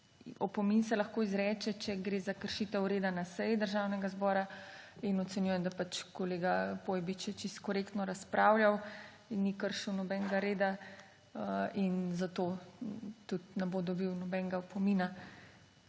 opomin se lahko izreče, če gre za kršitev reda na seji Državnega zbora, in ocenjujem, da pač kolega Pojbič je čisto korektno razpravljal in ni kršil nobenega reda in zato tudi ne bo dobil nobenega opomina.